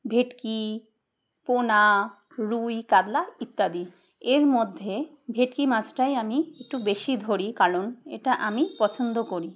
ভেটকি পোনা রুই কাতলা ইত্যাদি এর মধ্যে ভেটকি মাছটাই আমি একটু বেশি ধরি কারণ এটা আমি পছন্দ করি